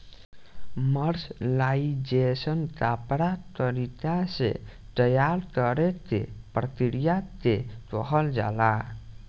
mercerisation कपड़ा तरीका से तैयार करेके प्रक्रिया के कहल जाला